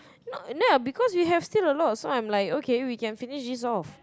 not nah because we have still a lot so I'm like okay we can finish this off